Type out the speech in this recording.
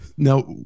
Now